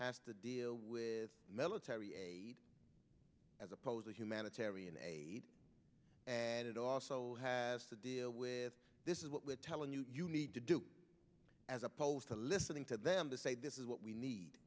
has to deal with military aid as opposed to humanitarian aid and it also has to deal with this is what we're telling you you need to do as opposed to listening to them to say this is what we need